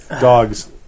Dogs